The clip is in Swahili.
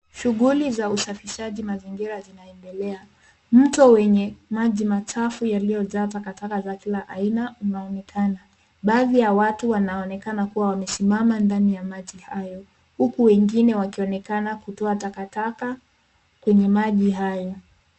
Shuguli za usafishaji mazingira zinaendela. Mto wenye maji machafu yaliyojaa takataka za kila aina unaonekana. Baadhi ya watu wanaonekana kuwa wamesimama ndani ya maji hayo huku wengine wakionekana kutoa takataka kwenye maji hayo.